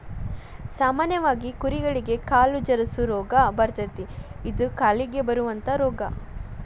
ಸಾಮಾನ್ಯವಾಗಿ ಕುರಿಗಳಿಗೆ ಕಾಲು ಜರಸು ರೋಗಾ ಬರತತಿ ಇದ ಕಾಲಿಗೆ ಬರುವಂತಾ ರೋಗಾ